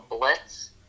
Blitz